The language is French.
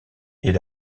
est